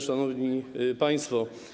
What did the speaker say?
Szanowni Państwo!